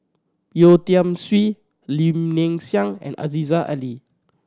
Yeo Tiam Siew Lim Ling and Aziza Ali